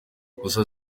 gusa